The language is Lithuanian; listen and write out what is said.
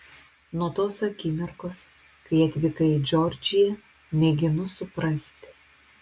nuo tos akimirkos kai atvykai į džordžiją mėginu suprasti